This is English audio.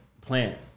Plant